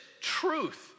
truth